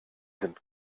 sind